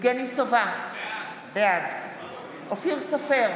יבגני סובה, בעד אופיר סופר,